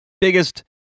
Biggest